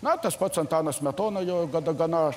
na tas pats antanas smetona jau gana